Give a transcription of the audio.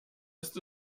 ist